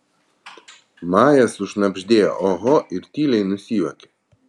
maja sušnabždėjo oho ir tyliai nusijuokė